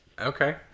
Okay